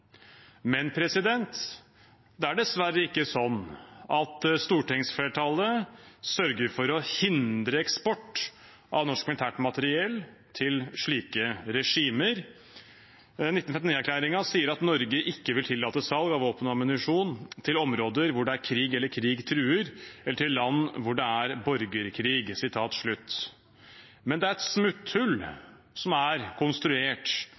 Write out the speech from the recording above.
Men det er dessverre ikke sånn at stortingsflertallet sørger for å hindre eksport av norsk militært materiell til slike regimer. 1959-erklæringen sier at «Norge ikke vil tillate salg av våpen og ammunisjon til områder hvor det er krig eller krig truer, eller til land hvor det er borgerkrig.» Men det er et smutthull, som er konstruert,